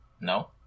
No